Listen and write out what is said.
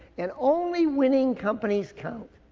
and only winning companies count,